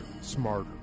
smarter